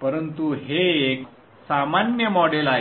परंतु हे एक सामान्य मॉडेल आहे